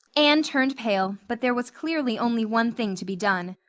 anne turned pale, but there was clearly only one thing to be done.